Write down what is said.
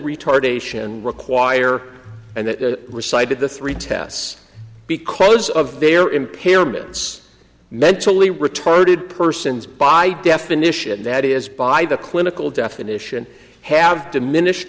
retardation require and the recited the three tests because of their impairments mentally retarded persons by definition that is by the clinical definition have diminished